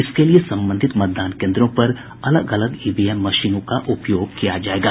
इसके लिए संबंधित मतदान केन्द्रों पर अलग अलग ईवीएम मशीनों का उपयोग किया जायेगा